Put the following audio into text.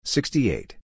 Sixty-eight